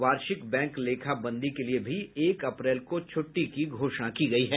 वार्षिक बैंक लेखा बंदी के लिए भी एक अप्रैल को छूट्टी की घोषणा की गयी है